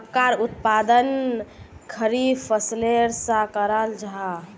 मक्कार उत्पादन खरीफ फसलेर सा कराल जाहा